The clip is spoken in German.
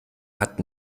hat